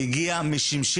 היא הגיע משמשית